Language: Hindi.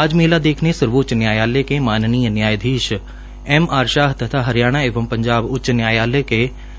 आज मेला देखेने सर्वोच्च न्यायालय के माननीय न्यायाधीश एम आर शाह तथ हरियाणा एवं पंजाब उच्च न्यायालय के